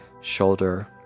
shoulder